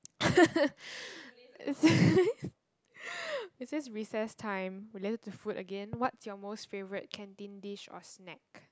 it says recess time related to food again what's your favourite canteen dish or snack